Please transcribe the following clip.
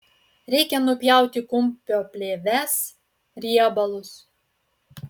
reikia nupjauti kumpio plėves riebalus